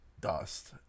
Dust